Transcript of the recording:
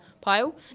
pile